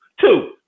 two